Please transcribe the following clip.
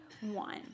one